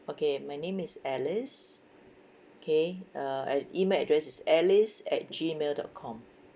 okay my name is alice okay uh at email address is alice at G mail dot com